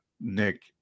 Nick